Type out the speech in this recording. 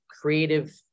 creative